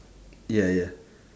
ya ya